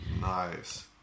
nice